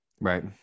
Right